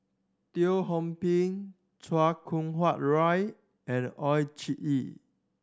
Teo Ho Pin Chan Kum Wah Roy and Oon Jin Gee